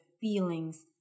feelings